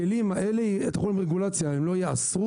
הכלים האלה יהיו תחת רגולציה הם לא ייאסרו,